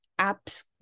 apps